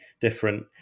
different